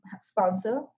sponsor